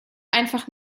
einfach